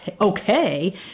okay